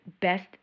best